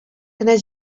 кенә